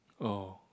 oh